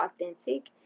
authentic